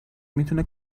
میتونه